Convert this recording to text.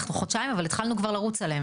אנחנו חודשים, אבל כבר התחלנו לרוץ עליהם.